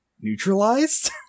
neutralized